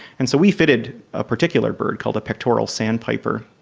and so we fitted a particular bird called a pectoral sandpiper,